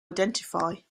identify